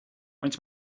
faint